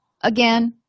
again